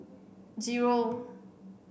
zero